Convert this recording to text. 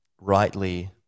rightly